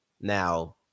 Now